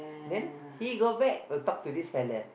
then he go back will talk to this fella